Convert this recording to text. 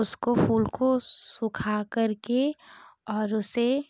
उसको फूल को सुखा कर के और उसे